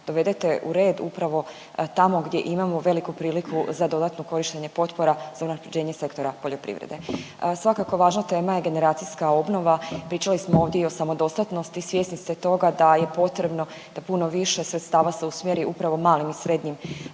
dovedete u red upravo tamo gdje imamo veliku priliku za dodatno korištenje potpora za unaprjeđenje sektora poljoprivrede. Svakako važna tema je generacijska obnova, pričali smo ovdje i o samodostatnosti, svjesni ste toga da je potrebno da puno više sredstava se usmjeri upravo malim i srednjim